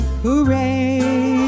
hooray